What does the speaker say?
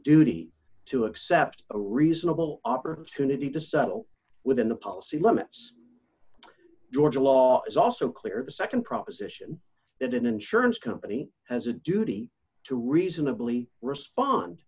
duty to accept a reasonable opportunity to settle within the policy limits georgia law is also clear to nd proposition that an insurance company has a duty to reasonably respond